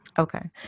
Okay